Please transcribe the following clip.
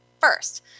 First